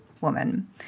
woman